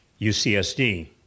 UCSD